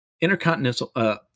intercontinental